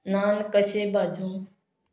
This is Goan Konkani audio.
नान कशें भाजूं